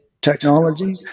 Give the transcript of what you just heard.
technology